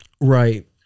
right